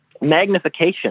Magnification